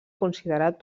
considerat